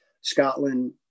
Scotland